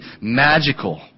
Magical